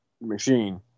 Machine